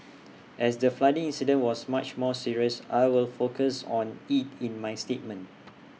as the flooding incident was much more serious I will focus on IT in my statement